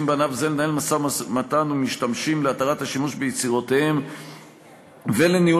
בענף זה לנהל משא-ומתן להתרת השימוש ביצירותיהם ולניהול